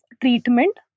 treatment